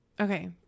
Okay